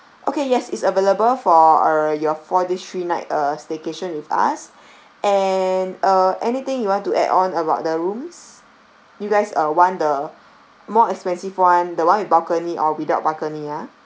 okay yes it's available for uh your for this three night a staycation with us and uh anything you want to add on about the rooms you guys uh want the more expensive [one] the one with balcony or without balcony ah